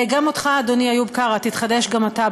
גם אותך, אדוני איוב קרא, תתחדש גם אתה.